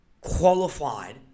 qualified